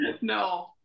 No